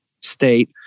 state